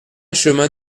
chemin